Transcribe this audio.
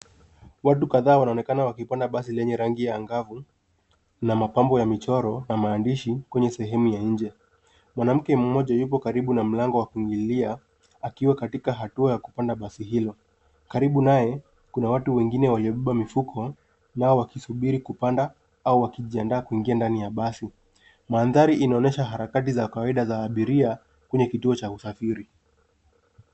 Watu kadhaa wanaonekana wakipanda basi lenye rangi ya angavu na mapambo ya michoro na maandishi kwenye sehemu ya nje. Mwanamke mmoja yupo karibu na mlango wa kuingililia akiwa katika hatua ya kupanda basi hilo. Karibu naye kuna watu wengine waliobeba mifuko nao wakisubiri kupanda au wakijiandaa kuingia ndani ya basi. Mandhari inaonyesha harakati za kawaida za abiria kwenye kituo cha usafiri.